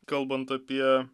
kalbant apie